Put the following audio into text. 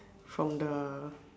from the